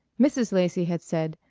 mrs. lacy had said,